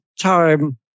time